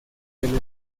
del